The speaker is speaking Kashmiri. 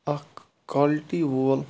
اَکھ کالٹی وول